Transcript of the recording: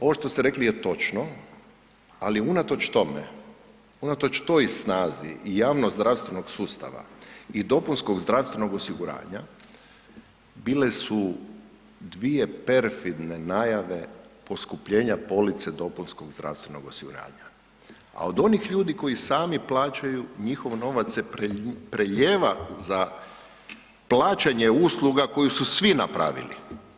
Ovo što ste rekli je točno, ali unatoč tome, unatoč toj snazi i javno zdravstvenog sustava i dopunskog zdravstvenog osiguranja bile su dvije perfidne najave poskupljenja police dopunskog zdravstvenog osiguranja, a od onih ljudi koji sami plaćaju njihov novac se prelijeva za plaćanje usluga koju su svi napravili.